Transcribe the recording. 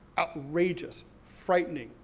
outrageous, frightening,